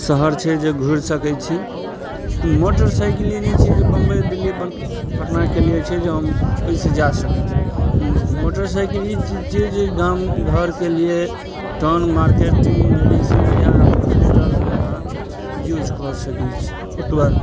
शहर छै जे घुरि सकय छी तऽ मोटर साइकिल ई नहि छै जे बम्बइ दिल्ली पटनाके लिये छै जे हम ओइसँ जा सकय छी मोटर साइकिल ई चीज छियै जे गाम घरके लिये टन मार्केटिंग मेडिसिन या हॉस्पिटलमे अहाँ यूज कऽ सकय छी ओतबा